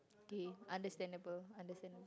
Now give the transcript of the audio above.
okay understandable understand